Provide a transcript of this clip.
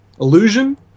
Illusion